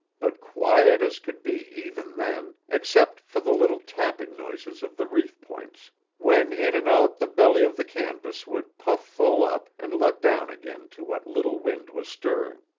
but quiet as could be even then, except for the little tapping noises of the reef-points when in and out the belly of the canvas would puff full up and let down again to what little wind was stirring.